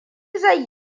zai